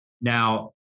Now